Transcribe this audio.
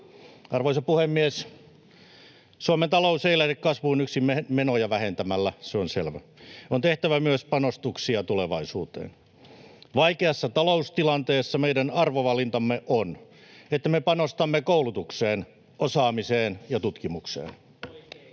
Arvoisa puhemies! Suomen talous ei lähde kasvuun yksin menoja vähentämällä. Se on selvä. On tehtävä myös panostuksia tulevaisuuteen. Vaikeassa taloustilanteessa meidän arvovalintamme on, että me panostamme koulutukseen, osaamiseen ja tutkimukseen.